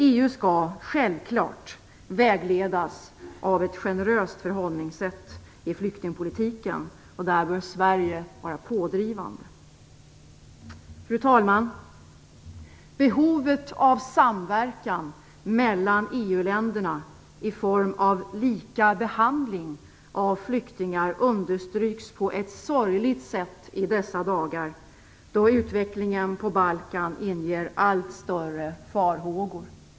EU skall självfallet vägledas av ett generöst förhållningssätt i flyktingpolitiken. Där bör Sverige vara pådrivande. Fru talman! Behovet av samverkan mellan EU länderna i form av lika behandling av flyktingar understryks på ett sorgligt sätt i dessa dagar då utvecklingen på Balkan inger allt större farhågor.